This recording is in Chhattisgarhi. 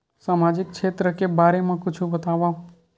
सामाजिक क्षेत्र के बारे मा कुछु बतावव?